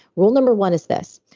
rule number one is this,